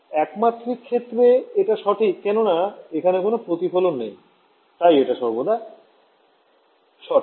একমাত্রিক ক্ষেত্রে এটা সঠিক কেননা এখানে কোন প্রতিফলন নেই তাই এটা সর্বদা ঠিক